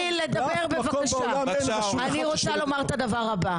אני רוצה לומר את הדבר הבא,